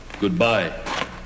Goodbye